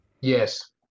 Yes